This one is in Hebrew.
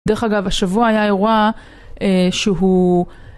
דרך אגב השבוע היה אירוע שהוא